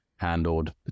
handled